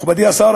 מכובדי השר,